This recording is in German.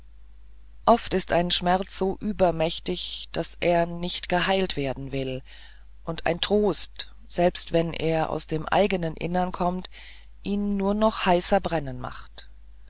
oft ist ein schmerz so übermächtig daß er nicht geheilt werden will und ein trost selbst wenn er aus dem eigenen innern kommt ihn nur noch heißer brennen macht